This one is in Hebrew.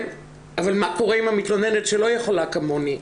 אבל מה קורה עם המתלוננת שלא יכולה כמוני?